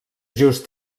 just